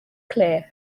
clear